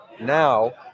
Now